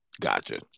Gotcha